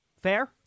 Fair